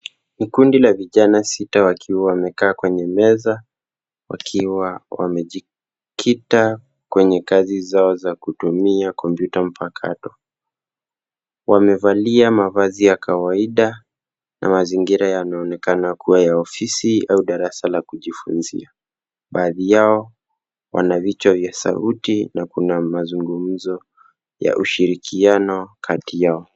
Ni kundi la vijana sita wakiwa wamekaa kwenye meza, wakiwa wamejikita kwenye kazi zao za kutumia kompyuta mpakato. Wamevalia mavazi ya kawaida na mazingira yanaonekana kuwa ya ofisi au darasa la kujifunzia. Baadhi yao wana vichwa vya sauti na kuna mazungumzo ya ushirikiano kati yao.